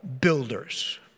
builders